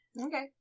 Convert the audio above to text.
Okay